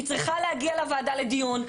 היא צריכה להגיע לוועדה לדיון,